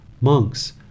Monks